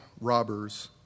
robbers